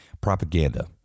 propaganda